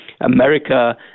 America